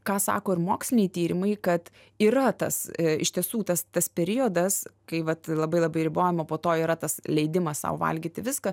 ką sako ir moksliniai tyrimai kad yra tas iš tiesų tas tas periodas kai vat labai labai ribojama po to yra tas leidimas sau valgyti viską